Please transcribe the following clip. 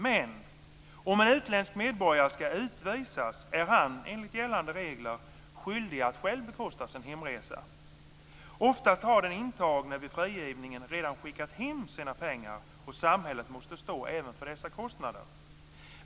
Men om en utländsk medborgare ska utvisas är han, enligt gällande regler, skyldig att själv bekosta sin hemresa. Ofta har den intagne vid frigivningen redan skickat hem sina pengar, och samhället måste stå för även dessa kostnader.